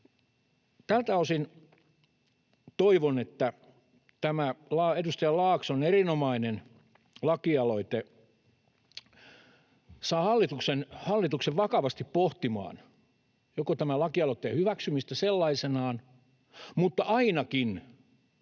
Tältä osin toivon, että tämä edustaja Laakson erinomainen lakialoite joko saa hallituksen vakavasti pohtimaan tämän lakialoitteen hyväksymistä sellaisenaan tai ainakin tuo